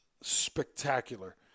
spectacular